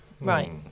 Right